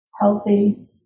healthy